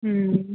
മ്മ്